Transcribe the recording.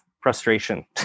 frustration